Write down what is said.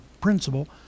principle